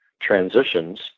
transitions